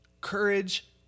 courage